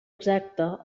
exacta